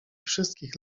wszystkich